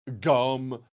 Gum